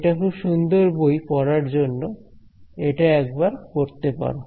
এটা খুব সুন্দর বই পড়ার জন্য এটা একবার পড়তে পারো